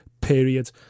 period